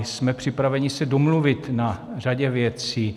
Jsme připraveni se domluvit na řadě věcí.